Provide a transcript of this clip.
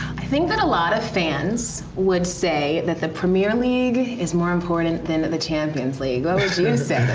i think that a lot of fans would say that the premier league is more important than the champions league. what would you